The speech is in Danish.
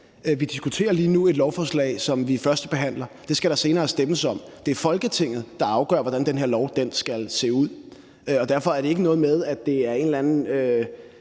vi diskuterer lige nu et lovforslag, som vi førstebehandler. Det skal der senere stemmes om. Det er Folketinget, der afgør, hvordan den her lov skal se ud. Og derfor er det ikke noget med, at det er sådan en eller anden